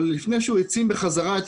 אבל זה קורה לפני שהוא העצים בחזרה את